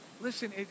Listen